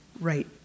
Right